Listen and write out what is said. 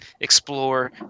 explore